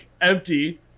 empty